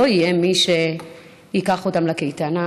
לא יהיה מי שייקח אותם לקייטנה,